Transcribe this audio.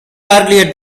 earlier